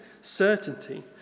certainty